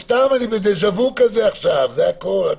סתם, זה דג'ה-וו כזה עכשיו, זה הכול.